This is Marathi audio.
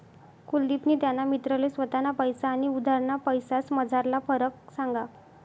कुलदिपनी त्याना मित्रले स्वताना पैसा आनी उधारना पैसासमझारला फरक सांगा